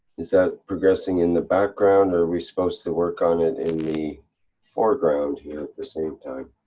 is that progressing in the background or we supposed to work on it in the foreground here at the same time.